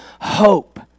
hope